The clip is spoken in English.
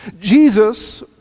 Jesus